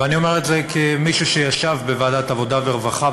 ואני אומר את זה כמי שישב בוועדת העבודה והרווחה,